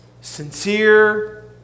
sincere